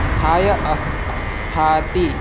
स्थाय अस्ति स्थाति